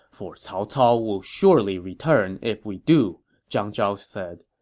for cao cao would surely return if we do, zhang zhao said.